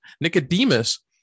Nicodemus